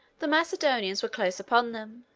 the macedonians were close upon them,